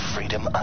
Freedom